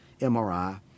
MRI